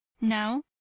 now